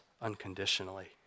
Unconditionally